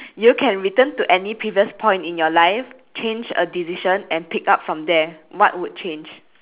you can return to any previous point in your life change a decision and pick up from there what would change